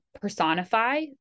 personify